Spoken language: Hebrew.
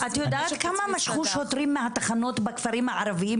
--- את יודעת כמה משכו שוטרים מהתחנות בכפרים הערביים